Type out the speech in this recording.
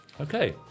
Okay